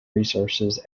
resources